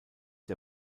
der